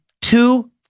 two